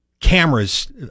cameras